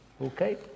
Okay